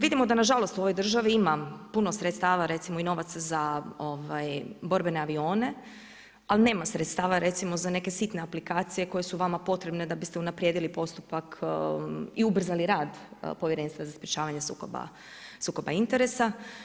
Vidimo da nažalost u ovoj državi ima puno sredstava recimo i novaca za borbene avione, ali nema sredstava recimo za neke sitne aplikacije vama potrebne da bi ste unaprijedili postupak i ubrzali rad Povjerenstva za sprečavanje sukoba interesa.